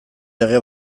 lege